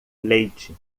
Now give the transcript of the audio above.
leite